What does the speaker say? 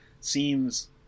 Seems